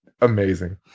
amazing